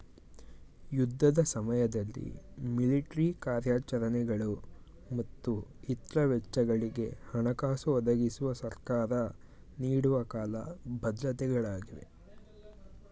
ಯುದ್ಧದ ಸಮಯದಲ್ಲಿ ಮಿಲಿಟ್ರಿ ಕಾರ್ಯಾಚರಣೆಗಳು ಮತ್ತು ಇತ್ರ ವೆಚ್ಚಗಳಿಗೆ ಹಣಕಾಸು ಒದಗಿಸುವ ಸರ್ಕಾರ ನೀಡುವ ಕಾಲ ಭದ್ರತೆ ಗಳಾಗಿವೆ